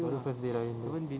rindu family lah rindu